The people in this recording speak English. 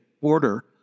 order